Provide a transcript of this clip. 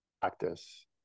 practice